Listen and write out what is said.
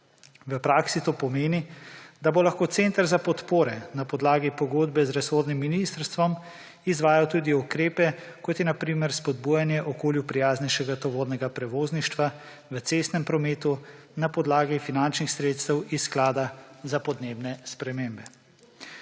V praksi to pomeni, da bo lahko center za podpore na podlagi pogodbe z resornim ministrstvom izvajal tudi ukrepe, kot je na primer spodbujanje okolju prijaznejšega tovornega prevozništva v cestnem prometu na podlagi finančnih sredstev iz sklada za podnebne spremembe.